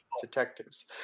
Detectives